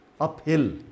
uphill